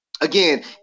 again